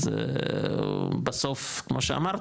אז בסוף, כמו שאמרת,